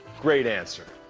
great answer.